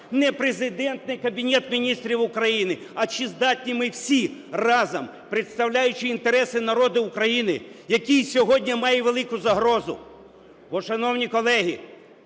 не Президент, не Кабінет Міністрів України – а чи здатні ми всі разом, представляючи інтереси народу України, який сьогодні має велику загрозу, бо, шановні колеги,